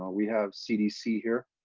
um we have cdc here.